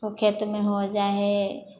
ओ खेत शमे हो जाइ हइ